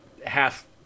half